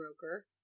broker